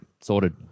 sorted